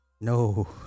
no